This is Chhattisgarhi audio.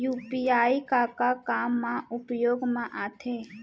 यू.पी.आई का का काम मा उपयोग मा आथे?